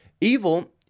evil